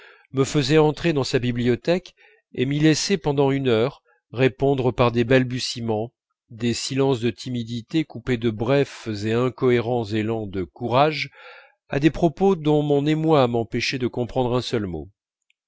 me faisait entrer dans sa bibliothèque et m'y laissait pendant une heure répondre par des balbutiements des silences de timidité coupés de brefs et incohérents élans de courage à des propos dont mon émoi m'empêchait de comprendre un seul mot